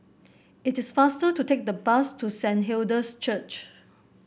it is faster to take the bus to Saint Hilda's Church